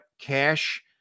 cash